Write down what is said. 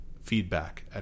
feedback